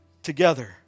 Together